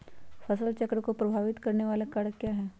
फसल चक्र को प्रभावित करने वाले कारक क्या है?